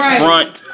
front